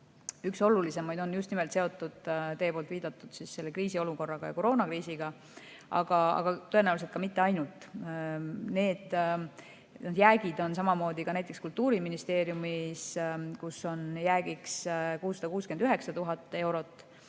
Üks olulisemaid on just nimelt seotud teie viidatud kriisiolukorra ja koroonakriisiga, aga tõenäoliselt mitte ainult. Need jäägid on samamoodi ka näiteks Kultuuriministeeriumis, kus on jäägiks 669 000 eurot